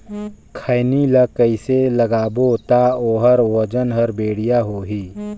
खैनी ला कइसे लगाबो ता ओहार वजन हर बेडिया होही?